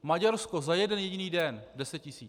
Maďarsko za jeden jediný den 10 tisíc!